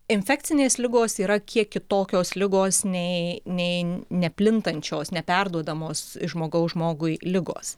infekcinės ligos yra kiek kitokios ligos nei nei neplintančios neperduodamos žmogaus žmogui ligos